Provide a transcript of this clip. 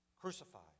crucified